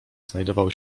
znajdował